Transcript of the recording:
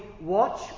watch